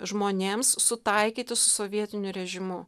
žmonėms sutaikyti su sovietiniu režimu